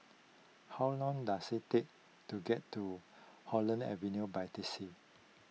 how long does it take to get to Holland Avenue by taxi